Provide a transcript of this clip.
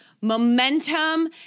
momentum